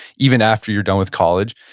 even after you're done with college.